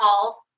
calls